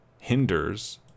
hinders